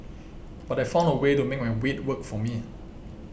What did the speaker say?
but I found a way to make my weight work for me